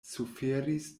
suferis